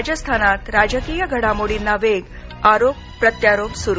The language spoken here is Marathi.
राजस्थानात राजकीय घडामोडींना वेग आरोप प्रत्यारोप सुरू